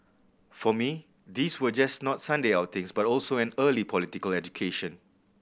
for me these were just not Sunday outings but also an early political education